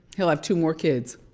he'll have two more kids.